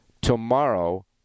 Tomorrow